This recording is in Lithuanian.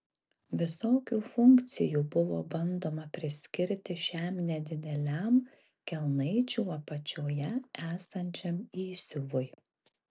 visokių funkcijų buvo bandoma priskirti šiam nedideliam kelnaičių apačioje esančiam įsiuvui